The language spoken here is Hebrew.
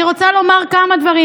אני רוצה לומר כמה דברים.